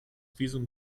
visum